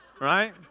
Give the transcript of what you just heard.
right